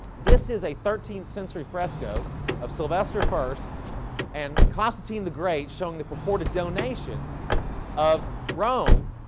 this is a thirteenth century fresco of sylvester first and constantine the great showing the purported donation of rome